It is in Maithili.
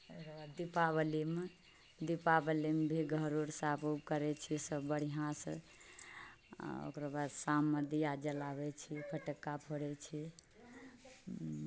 ओकर बाद दिपावलीमे दिपावलीमे भी घर उर साफ वुफ करै छियै सभ बढ़िऑंसँ ओकर बाद शाममे दीया जलाबै छियै फटक्का फोड़ै छियै